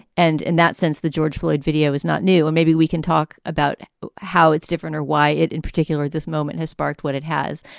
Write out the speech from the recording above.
and in that sense, the george loyde video is not new. and maybe we can talk about how it's different or why it in particular this moment has sparked what it has.